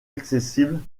accessible